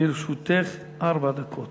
לרשותך ארבע דקות.